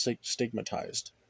stigmatized